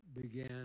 began